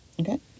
Okay